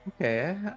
Okay